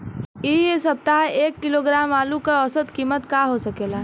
एह सप्ताह एक किलोग्राम आलू क औसत कीमत का हो सकेला?